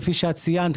כפי שאת ציינת,